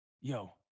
Yo